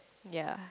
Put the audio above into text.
ya